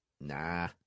nah